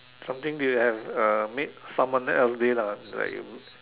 something you have made someone else day lah like